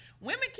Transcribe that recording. women